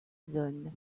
zone